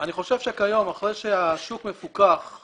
תומכים בחוק הזה